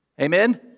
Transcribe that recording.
Amen